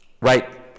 right